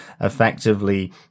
effectively